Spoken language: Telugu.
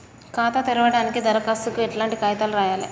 ఖాతా తెరవడానికి దరఖాస్తుకు ఎట్లాంటి కాయితాలు రాయాలే?